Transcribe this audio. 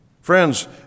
Friends